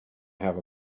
have